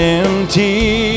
empty